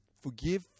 forgive